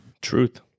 Truth